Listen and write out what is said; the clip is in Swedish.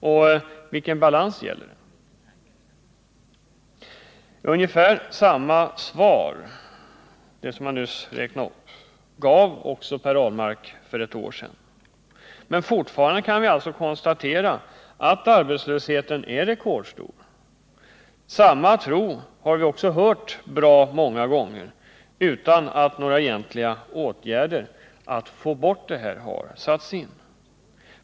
Och vilken balans gäller det? Ungefär samma svar som det jag nyss refererat gav också Per Ahlmark för ett år sedan. Men fortfarande kan vi alltså konstatera att arbetslösheten är rekordstor. Och samma tro har vi också hört talas om bra många gånger utan att några egentliga åtgärder för att få bort arbetslösheten har satts in.